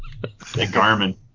Garmin